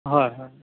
হয় হয়